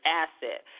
asset